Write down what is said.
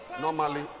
normally